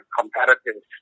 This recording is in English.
competitive